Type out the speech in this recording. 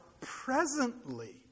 presently